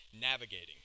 navigating